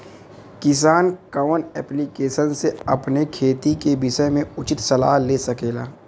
किसान कवन ऐप्लिकेशन से अपने खेती के विषय मे उचित सलाह ले सकेला?